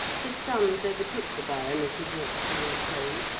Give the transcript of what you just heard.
his sons overtook the baron as he walked towards home,